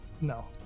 No